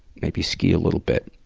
maybe ski a little bit.